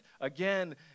again